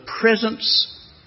presence